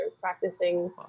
practicing